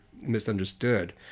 misunderstood